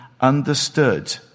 understood